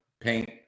paint